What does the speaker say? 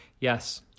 Yes